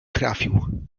trafił